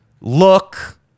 look